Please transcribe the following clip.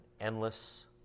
endless